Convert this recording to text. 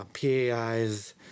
PAI's